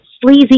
sleazy